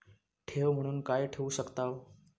ठेव म्हणून काय ठेवू शकताव?